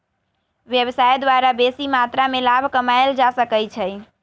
व्यवसाय द्वारा बेशी मत्रा में लाभ कमायल जा सकइ छै